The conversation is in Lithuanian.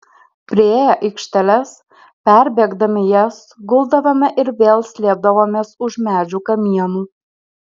priėję aikšteles perbėgdami jas guldavome ir vėl slėpdavomės už medžių kamienų